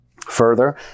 Further